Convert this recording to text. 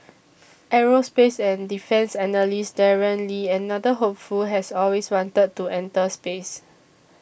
aerospace and defence analyst Darren Lee another hopeful has always wanted to enter space